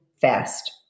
fast